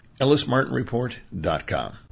ellismartinreport.com